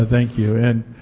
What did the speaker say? thank you and